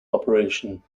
operation